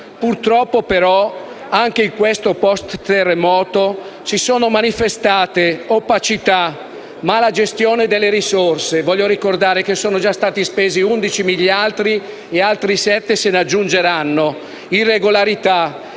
Purtroppo, però, anche in questo *post* terremoto si sono manifestate opacità, malagestione delle risorse (vorrei ricordare che sono già stati spesi 11 miliardi e che altri 7 se ne aggiungeranno), irregolarità,